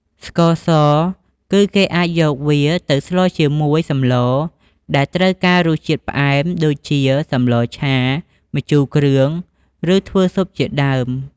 ស្ករស គឺគេអាចយកវាទៅស្លរជាមួយសម្លដែលត្រូវការរសជាតិផ្អែម ដូចជា សម្លរឆា ម្ជូរគ្រឿង ឬធ្វើស៊ុបជាដើម។